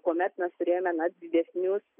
kuomet mes turėjome na didesnius